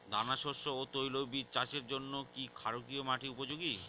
দানাশস্য ও তৈলবীজ চাষের জন্য কি ক্ষারকীয় মাটি উপযোগী?